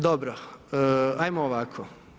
Dobro, ajmo ovako.